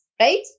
right